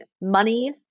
money